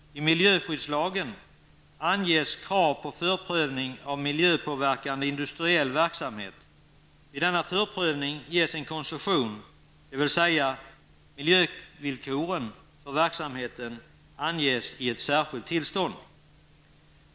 I miljöskyddslagen anges krav på förprövning av miljöpåverkande industriell verksamhet. Vid denna förprövning ges en koncession, dvs. miljövillkoren för verksamheten anges i ett särskilt tillstånd.